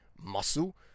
Muscle